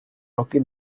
роки